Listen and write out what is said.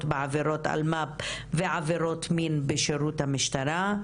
בעבירות אלמ"ב ועבירות מין בשירות המשטרה?